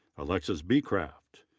alexis becraft.